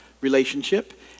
relationship